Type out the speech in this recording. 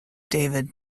david